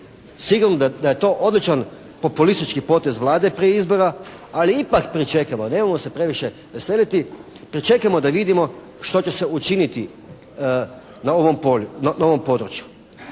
Sigurno da je to odličan politički potez Vlade prije izbora, ali ipak pričekajmo. Nemojmo se previše veseliti, pričekajmo da vidimo što će se učiniti na ovom području.